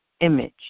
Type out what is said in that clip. image